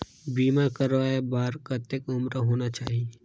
बीमा करवाय बार कतेक उम्र होना चाही?